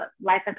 Life